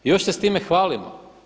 Još se s time hvalimo.